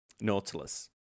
nautilus